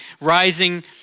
rising